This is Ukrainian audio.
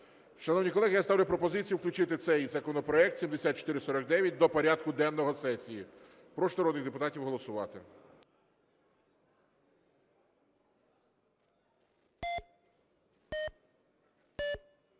Шановні колеги, я ставлю пропозицію включити цей законопроект 7449 до порядку денного сесії. Прошу народних депутатів голосувати.